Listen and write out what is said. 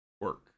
work